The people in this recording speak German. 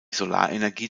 solarenergie